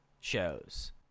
shows